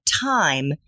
Time